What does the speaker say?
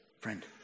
friend